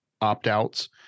opt-outs